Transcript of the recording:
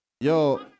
Yo